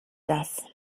das